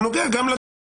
זה נוגע גם לדוגמה הזאת.